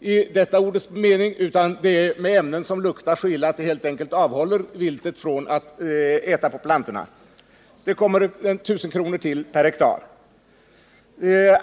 i ordets rätta mening, utan det är en besprutning med ett ämne som luktar så illa att det helt enkelt avhåller viltet från att äta plantorna. Det kostar 1 000 kr. till per ha.